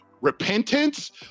repentance